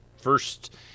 First